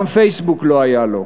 גם פייסבוק לא היה לו.